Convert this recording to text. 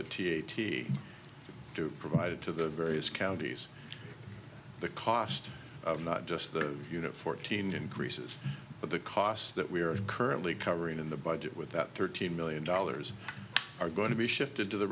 t t to provide to the various counties the cost of not just the you know fourteen increases but the costs that we are currently covering in the budget with that thirteen million dollars are going to be shifted to the